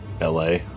LA